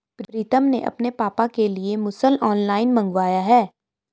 प्रितम ने अपने पापा के लिए मुसल ऑनलाइन मंगवाया है